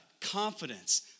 confidence